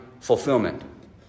fulfillment